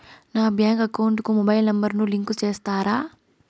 నా bank account కు mobile number ను లింకు చేస్తారా?